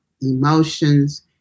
emotions